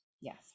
Yes